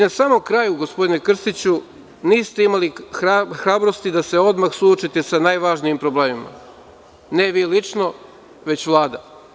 Na samom kraju, gospodine Krstiću, niste imali hrabrosti da se odmah suočite sa najvažnijim problemima, ne vi lično, već Vlada.